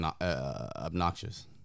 Obnoxious